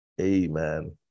Amen